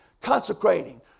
consecrating